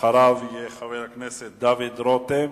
אחריו, חבר הכנסת דוד רותם,